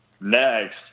Next